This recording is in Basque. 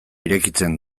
irekitzen